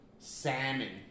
Salmon